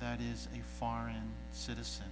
that is a foreign citizen